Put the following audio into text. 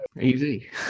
Easy